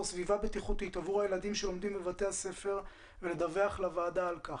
סביבה בטיחותית עבור הילדים שלומדים בבתי הספר ולדווח לוועדה על כך.